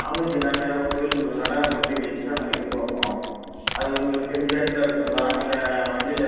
non veg இல்லாமல் என்னனா கோவிலுக்கு போகிறதுனால ஒன்லி வெஜ் தான் நாங்கள் எதிர்ப்பார்ப்போம் அது உங்களுக்கு தெரிஞ்ச இடத்துல இருக்குங்களா இல்லை வண்டியில்